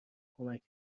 کمک